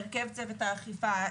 הרכב צוות האכיפה,